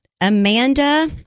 Amanda